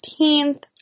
15th